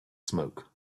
smoke